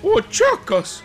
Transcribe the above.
o čia kas